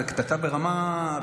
זו קטטה ברמה,